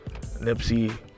Nipsey